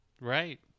right